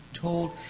told